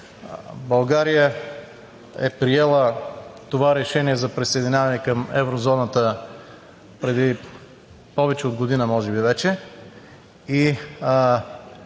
България е приела това решение за присъединяване към еврозоната преди повече от година и важното е,